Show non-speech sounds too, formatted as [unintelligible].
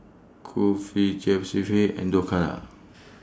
Kulfi [unintelligible] and Dhokla